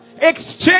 exchange